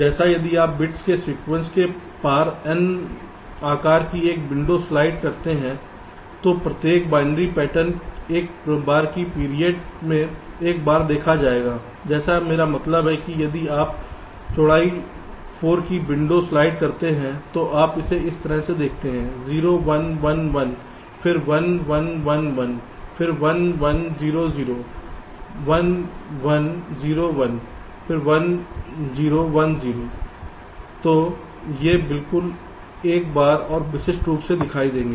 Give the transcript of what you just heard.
जैसे यदि आप बिट्स के सीक्वेंस के पार n आकार की एक विंडो स्लाइड करते हैं तो प्रत्येक बाइनरी पैटर्न एक बार की पीरियड में एक बार देखा जाएगा जैसे मेरा मतलब है कि यदि आप चौड़ाई 4 की विंडो स्लाइड करते हैं तो आप इसे इस तरह से देखते हैं 0 1 1 1 फिर 1 1 1 1 फिर 1 1 0 0 1 1 0 1 1 0 1 0 तो ये बिल्कुल एक बार और विशिष्ट रूप से दिखाई देंगे